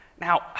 now